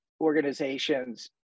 organizations